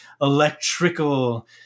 electrical